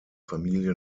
familie